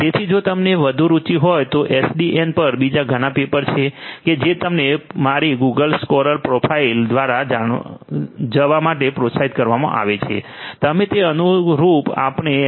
તેથી જો તમને વધુ રુચિ હોય તો એસડીએન પર બીજા ઘણાં પેપર છે કે જે તમને મારી ગૂગલ સ્કૉલર પ્રોફાઇલ દ્વારા જવા માટે પ્રોત્સાહિત કરવામાં આવે છે તમે તે અનુરૂપ આપણે એસ